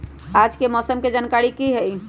आज के मौसम के जानकारी कि हई?